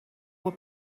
were